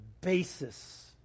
basis